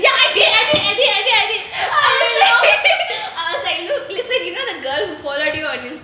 ya I did I did I did I did I was like look listen you got a girl before already on